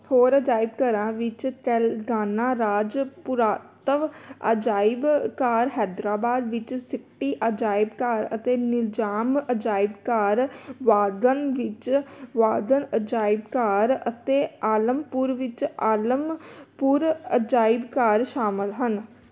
ਹੋਰ ਅਜਾਇਬ ਘਰਾਂ ਵਿੱਚ ਤੇਲੰਗਾਨਾ ਰਾਜ ਪੁਰਾਤਤਵ ਅਜਾਇਬ ਘਰ ਹੈਦਰਾਬਾਦ ਵਿੱਚ ਸਿਟੀ ਅਜਾਇਬ ਘਰ ਅਤੇ ਨਿਜ਼ਾਮ ਅਜਾਇਬ ਘਰ ਵਾਰੰਗਲ ਵਿੱਚ ਵਾਰੰਗਲ ਅਜਾਇਬ ਘਰ ਅਤੇ ਆਲਮਪੁਰ ਵਿੱਚ ਆਲਮ ਪੁਰ ਅਜਾਇਬ ਘਰ ਸ਼ਾਮਲ ਹਨ